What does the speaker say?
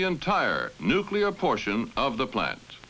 the entire nuclear portion of the plant